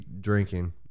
drinking